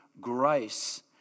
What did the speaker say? grace